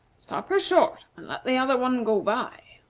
stop her short, and let the other one go by.